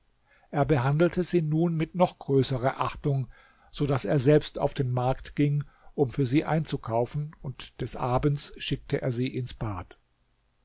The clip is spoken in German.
er behandelte sie nun mit noch größerer achtung so daß er selbst auf den markt ging um für sie einzukaufen und des abends schickte er sie ins bad